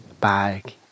bag